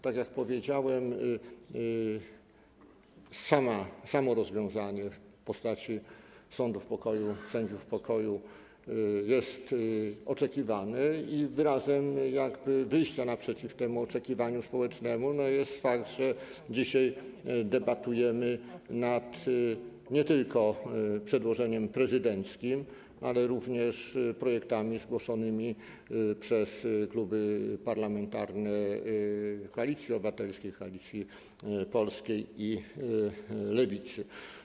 Tak jak powiedziałem, samo rozwiązanie w postaci sądów pokoju, sędziów pokoju jest oczekiwane i wyrazem wyjścia naprzeciw temu oczekiwaniu społecznemu jest fakt, że dzisiaj debatujemy nad nie tylko przedłożeniem prezydenckim, ale również projektami zgłoszonymi przez kluby parlamentarne Koalicji Obywatelskiej, Koalicji Polskiej i Lewicy.